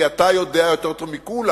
כי אתה יודע יותר מכולנו